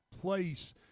place